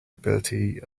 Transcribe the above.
ability